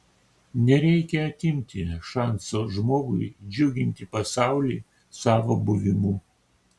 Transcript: nereikia atimti šanso žmogui džiuginti pasaulį savo buvimu